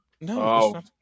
No